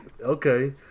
Okay